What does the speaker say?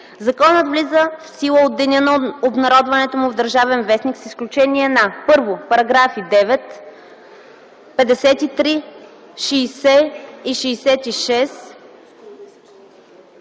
Законът влиза в сила от деня на обнародването му в „Държавен вестник” с изключение на: 1. параграфи 9 (относно чл.